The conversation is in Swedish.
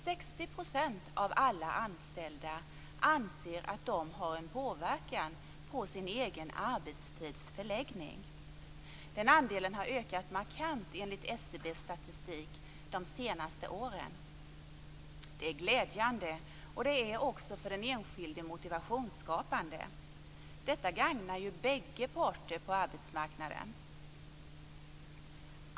60 % av alla anställda anser att de har en påverkan på sin egen arbetstids förläggning. Den andelen har ökat markant, enligt SCB:s statistik, de senaste åren. Det är glädjande, och det är också för den enskilde motivationsskapande. Detta gagnar bägge parter på arbetsmarknaden.